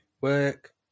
work